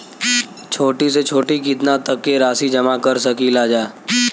छोटी से छोटी कितना तक के राशि जमा कर सकीलाजा?